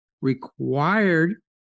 required